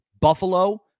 Buffalo